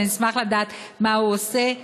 אבל אני אשמח לדעת מה הוא עושה,